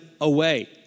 away